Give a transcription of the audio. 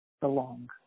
belong